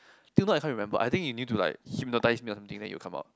till now I can't remember I think you need to like hypnotise me or something then it will come out